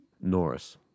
Norris